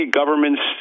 governments